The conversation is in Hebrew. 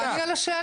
תעני על השאלה.